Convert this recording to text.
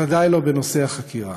בנושא החקירה,